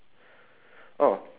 oh